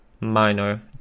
minor